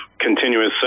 continuous